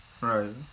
Right